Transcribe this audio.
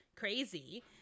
Crazy